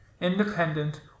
Independent